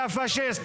יא פשיסט.